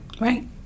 right